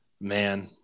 man